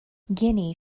guinea